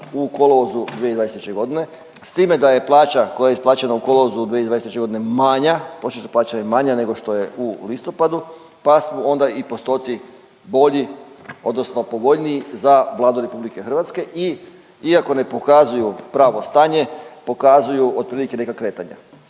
u kolovozu 2023. godine s time da je plaća koja je isplaćena u kolovozu 2023. godine manja, prosječna plaća je manja nego što je u listopadu pa su onda i postotci bolji odnosno povoljniji za Vladu RH i iako ne pokazuju pravo stanje, pokazuju otprilike neka kretanja.